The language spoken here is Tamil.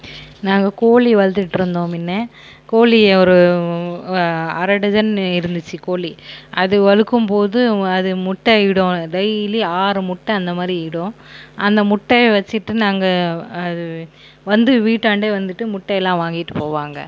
நாங்கள் கோழி வளர்த்துட்ருந்தோம் முன்ன கோழியை ஒரு அர டஸன் இருந்துச்சு கோழி அது வழுக்கும்போது அது முட்டையிடும் டெய்லி ஆறு முட்டை அந்தமாதிரி இடும் அந்த முட்டையை வச்சிட்டு நாங்கள் அது வந்து வீட்டாண்டே வந்துட்டு முட்டையலாம் வாங்கியிட்டு போவாங்கள்